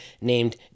named